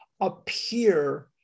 appear